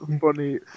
funny